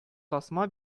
тасма